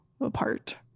apart